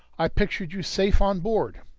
i pictured you safe on board!